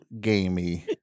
gamey